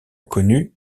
connu